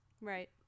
Right